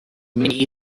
may